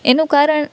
એનું કારણ